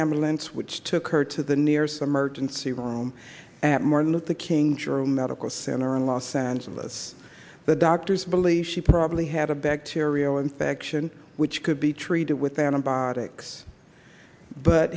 ambulance which took her to the nears emergency room at martin luther king jr medical center in los angeles the doctors believe she probably had a bacterial infection which could be treated with antibiotics but